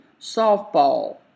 Softball